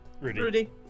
rudy